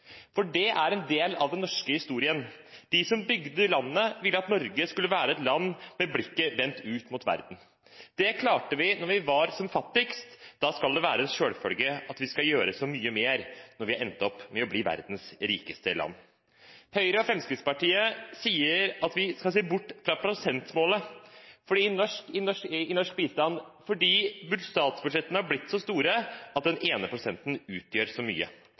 Det er en del av den norske historien. De som bygde landet, ville at Norge skulle være et land med blikket vendt ut mot verden. Det klarte vi da vi var som fattigst. Da skal det være en selvfølge at vi skal gjøre så mye mer når vi har endt opp med å bli verdens rikeste land. Høyre og Fremskrittspartiet sier at vi skal se bort fra prosentmålet i norsk bistand, fordi statsbudsjettene har blitt så store at den ene prosenten utgjør så mye.